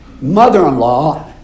mother-in-law